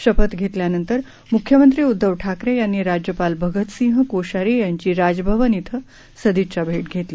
शपथ घेतल्यानंतर मुख्यमंत्री उद्धव ठाकरे यांनी राज्यपाल भगतसिंह कोश्यारी यांची राज भवन इथं सदिच्छा भेट घेतली